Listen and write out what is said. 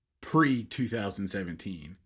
pre-2017